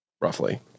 roughly